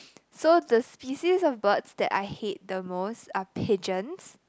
so the species of birds that I hate the most are pigeons